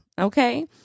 Okay